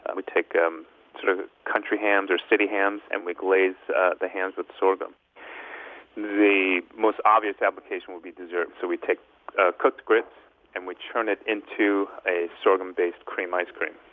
we'd take sort of country hams or city hams and we'd glaze the hams with sorghum the most obvious application would be dessert. so we'd take cooked grits and we'd churn it into a sorghum-based cream ice cream,